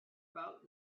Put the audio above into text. about